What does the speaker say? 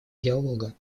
диалога